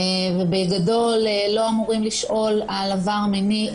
ובגדול לא אמורים לשאול על העבר המיני,